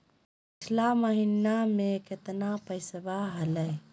पिछला महीना मे कतना पैसवा हलय?